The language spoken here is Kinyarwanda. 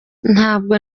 ntabwo